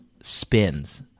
spins